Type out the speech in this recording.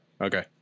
Okay